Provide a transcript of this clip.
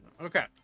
Okay